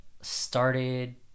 started